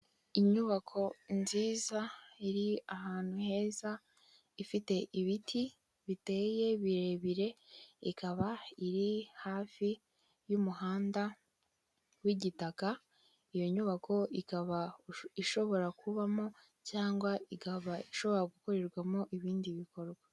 inyubako nziza iri ahantu heza ifite ibiti biteye birebire ikaba iri hafi y'umuhanda w'igitaka iyo nyubako ikaba ishobora kubamo cyangwa ikaba ishobora gukorerwamo ibindi bikorwa.